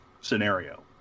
scenario